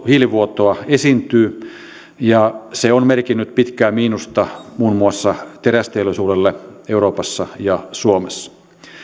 hiilivuotoa esiintyy ja se on merkinnyt pitkää miinusta muun muassa terästeollisuudelle euroopassa ja suomessa